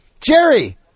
Jerry